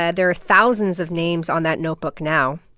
ah there are thousands of names on that notebook now.